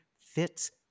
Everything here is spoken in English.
fits